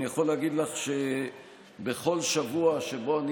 אני יכול להגיד לך שבכל שבוע שבו אני